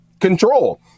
control